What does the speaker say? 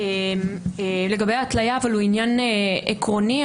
אבל הוא עניין עקרוני.